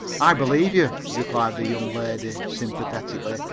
i believe you, replied the young lady, sympathetically,